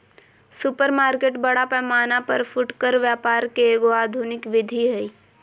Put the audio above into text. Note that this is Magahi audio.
सुपरमार्केट बड़ा पैमाना पर फुटकर व्यापार के एगो आधुनिक विधि हइ